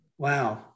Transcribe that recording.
Wow